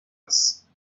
else